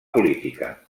política